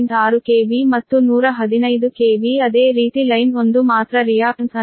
6 KV ಮತ್ತು 115 KV ಅದೇ ರೀತಿ ಲೈನ್ 1 ಮಾತ್ರ ರಿಯಾಕ್ಟ್ನ್ಸ್ ಅನ್ನು j120Ω ಎಂದು ಪರಿಗಣಿಸಲಾಗುತ್ತದೆ